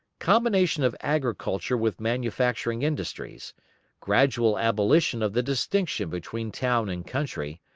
combination of agriculture with manufacturing industries gradual abolition of the distinction between town and country,